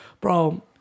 bro